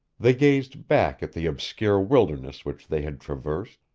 they gazed back at the obscure wilderness which they had traversed,